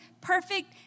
perfect